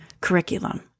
curriculum